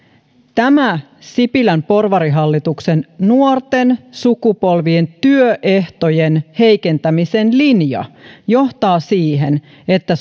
tämä sipilän porvarihallituksen nuorten sukupolvien työehtojen heikentämisen linja johtaa siihen että